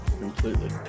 Completely